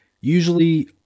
usually